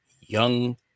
young